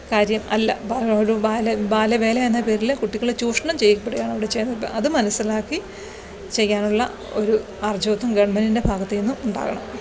കാര്യം അല്ല ബാലവേല എന്ന പേരിൽ കുട്ടികൾ ചൂഷണം ചെയ്യപ്പെടുകയാണ് അവിടെ ചെയ്യുന്നത് അത് മനസ്സിലാക്കി ചെയ്യാനുള്ള ഒരു ആര്ജവത്തം ഗവണ്മെന്റിന്റെ ഭാഗത്ത് നിന്ന് ഉണ്ടാകണം